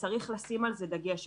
וצריך לשים על זה דגש.